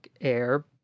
Air